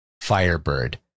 Firebird